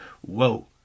Whoa